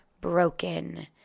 broken